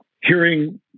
hearing